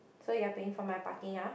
so you are paying for my parking ah